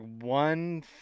one